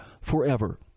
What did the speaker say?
forever